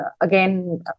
again